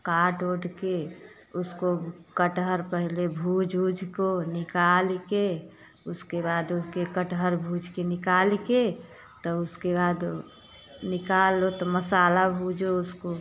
काट ओट के उसको कटहल पहेले भून ऊज को निकाल के उसके बाद उसके कटहल भून के निकाल के तो उसके बाद निकाल लो तो मसाला भूनों उसको